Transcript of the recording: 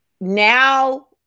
Now